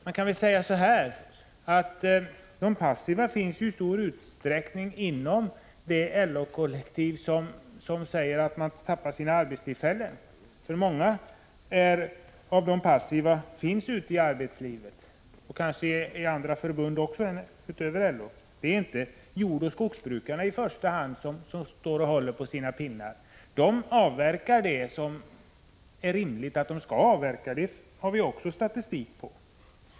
Man kan väl säga så här: De passiva finns i stor utsträckning inom det LO-kollektiv — och kanske också bland andra förbunds medlemmar — som säger att man tappar sina arbetstillfällen. Många av de passiva finns nämligen ute i arbetslivet. Det är inte i första hand jordoch skogsbrukarna som håller på sina pinnar. De avverkar så mycket som det är rimligt att de avverkar — det har vi också statistik på.